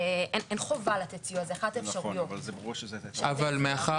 וגם זה מה שאמרתם בבית המשפט,